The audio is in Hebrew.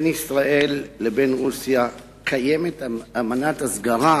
בין ישראל לבין רוסיה יש אמנת הסגרה